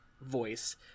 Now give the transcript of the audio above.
voice